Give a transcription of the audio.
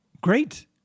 Great